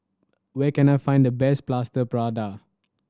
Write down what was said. where can I find the best Plaster Prata